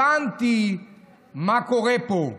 הבנתי מה קורה פה.